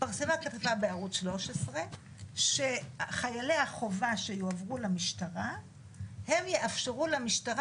התפרסמה כתבה בערוץ 13 שחיילי החובה שיועברו למשטרה הם יאפשרו למשטרה